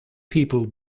people